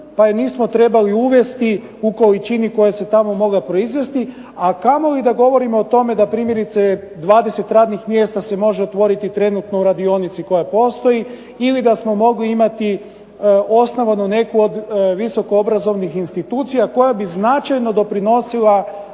pa je nismo trebali uvesti u količini u kojoj se mogla tamo proizvesti, a kamoli da govorimo o tome da primjerice 20 radnih mjesta se može otvoriti trenutno u radionici koja postoji ili da smo mogli imati osnovanu neku od visoko obrazovnih institucija koja bi značajno doprinosila